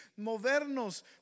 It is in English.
movernos